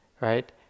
right